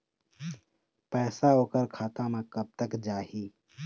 पैसा ओकर खाता म कब तक जाही?